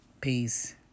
Peace